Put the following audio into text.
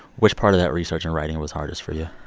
which part of that research and writing was hardest for you?